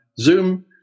Zoom